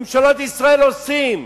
ממשלות ישראל, עושות.